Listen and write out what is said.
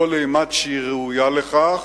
כל אימת שהיא ראויה לכך,